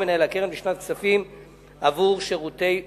מנהל הקרן בשנת כספים עבור שירותי ברוקראז'.